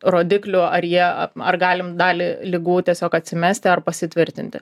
rodiklių ar jie ar galim dalį ligų tiesiog atsimesti ar pasitvirtinti